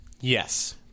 Yes